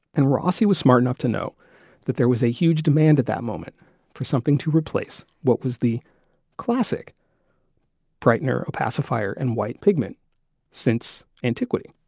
and rossi was smart enough to know that there was a huge demand at that moment for something to replace what was the classic brightener opacifier in and white pigment since antiquity.